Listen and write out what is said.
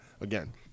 again